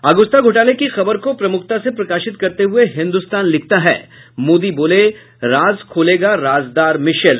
Agusta घोटाले की खबर को प्रमुखता से प्रकाशित करते हुए हिन्दुस्तान लिखता है मोदी बोले राज खोलेगा राजदार मिशेल